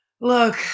look